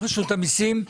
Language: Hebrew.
רשות המיסים.